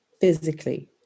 physically